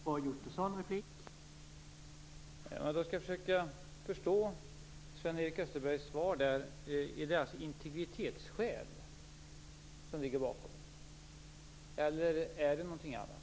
Herr talman! Jag skall försöka förstå Sven-Erik Österbergs svar. Är det integritetsskäl som ligger bakom eller är det någonting annat?